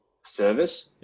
service